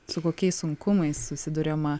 su kokiais sunkumais susiduriama